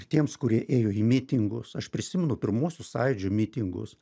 tiems kurie ėjo į mitingus aš prisimenu pirmuosius sąjūdžio mitingus